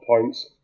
points